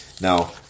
Now